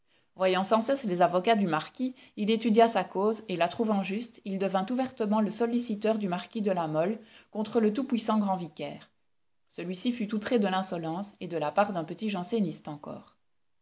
voyant sans cesse les avocats du marquis il étudia sa cause et la trouvant juste il devint ouvertement le solliciteur du marquis de la mole contre le tout-puissant grand vicaire celui-ci fut outré de l'insolence et de la part d'un petit janséniste encore